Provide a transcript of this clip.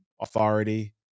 authority